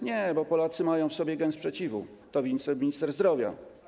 Nie, bo Polacy mają w sobie gen sprzeciwu - to wiceminister zdrowia.